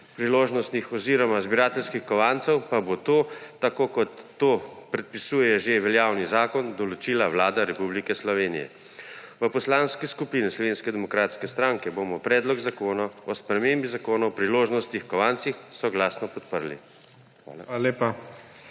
priložnostih oziroma zbirateljskih kovancev, pa bo to, kot to predpisuje že veljavni zakon, določila Vlada Republike Slovenije. V Poslanski skupini Slovenske demokratske stranke bomo Predlog zakona o spremembi Zakona o priložnostnih kovancih soglasno podprli. Hvala.